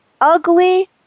ugly